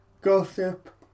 gossip